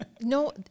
No